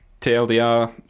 TLDR